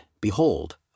behold